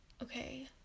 Okay